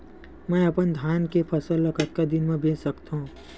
मैं अपन धान के फसल ल कतका दिन म बेच सकथो?